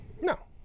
No